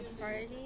Party